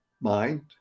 mind